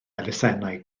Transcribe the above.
elusennau